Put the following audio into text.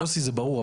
יוסי, זה ברור.